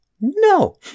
No